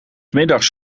middags